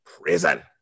Prison